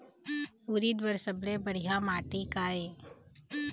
उरीद बर सबले बढ़िया माटी का ये?